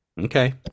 okay